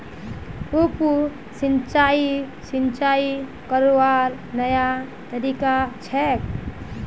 उप सिंचाई, सिंचाई करवार नया तरीका छेक